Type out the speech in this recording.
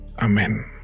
Amen